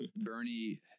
Bernie